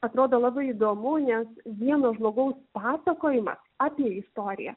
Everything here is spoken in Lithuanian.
atrodo labai įdomu nes vieno žmogaus pasakojimas apie istoriją